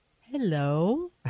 Hello